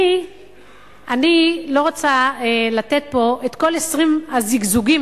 אני לא רוצה לתת פה את כל עשרים הזיגזוגים